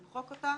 למחוק אותה